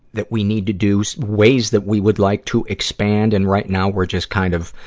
that we need to do, ways that we would like to expand. and right now, we're just kind of,